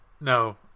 No